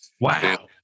wow